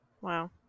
Wow